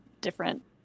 different